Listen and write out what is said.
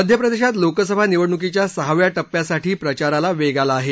मध्य प्रदेशात लोकसभा निवडणुकीच्या सहाव्या टप्प्यासाठी प्रचाराला वेग आला आहे